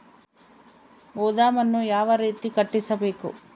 ಗೋದಾಮನ್ನು ಯಾವ ರೇತಿ ಕಟ್ಟಿಸಬೇಕು?